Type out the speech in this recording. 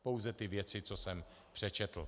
Pouze ty věci, co jsem přečetl.